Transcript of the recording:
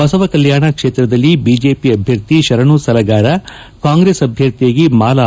ಬಸವ ಕಲ್ಲಾಣ ಕ್ಷೇತ್ರದಲ್ಲಿ ಬಿಜೆಪಿ ಅಭ್ಯರ್ಥಿ ಶರಣು ಸಲಗಾರ ಕಾಂಗ್ರೆಸ್ ಅಭ್ಯರ್ಥಿಯಾಗಿ ಮಾಲಾ